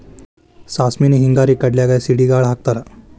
ಸಾಸ್ಮಿನ ಹಿಂಗಾರಿ ಕಡ್ಲ್ಯಾಗ ಸಿಡಿಗಾಳ ಹಾಕತಾರ